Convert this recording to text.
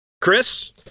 Chris